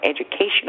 educational